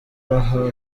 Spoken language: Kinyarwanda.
aha